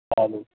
و علیک